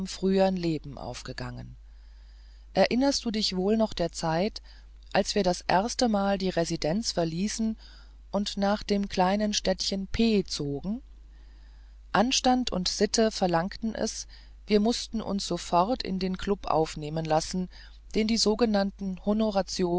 frühern leben aufgegangen erinnerst du dich wohl noch der zeit als wir das erstemal die residenz verließen und nach dem kleinen städtchen p zogen anstand und sitte verlangten es wir mußten uns sofort in den klub aufnehmen lassen den die sogenannten